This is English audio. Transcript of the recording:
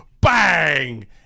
BANG